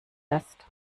ist